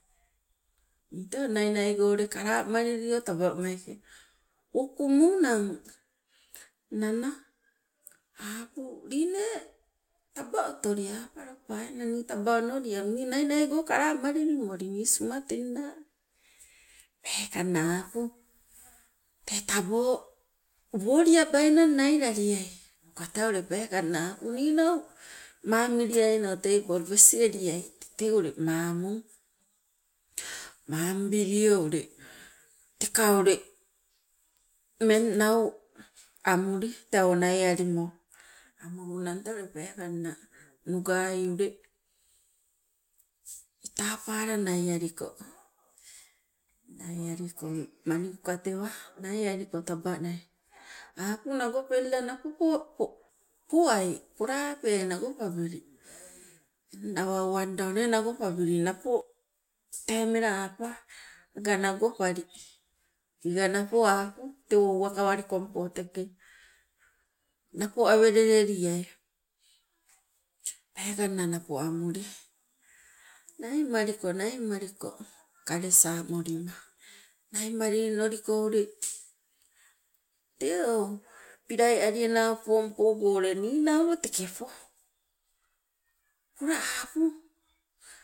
Nii tee nainaigo ule lepo kalamalilio taba meeke, wokumunang nana apu lii nee taba otoli? Apa lopa ena nii taba onolialu nii nainai go kalamalili moli nii sumatin naa, peekanna apu tee tabo tee woliabainang nailaliai oga tee peekanna apu ninau mamiliaino table wesieliai teng ule mamung, mamubilio ule teka ule ummeng nau ule andi tee o naialimo. Amulunang tee ule peekanna nugai ule mitabala naialiko, naialikong manikuka tewa naialiko taba nai, apu nagopelila napo powai pola apeai nagopabili awa owanda o nee nagopabili napo tee mela apa oga nagopabili oiga napo apu tewo teke uwakawalikongpo napo aweleleliai peekanna napo amuli, naimaliko, naimaliko kalesamolima. Naimalili noliko ule tee o pilai aliana upong pogo ule ninaulo teke po pola apu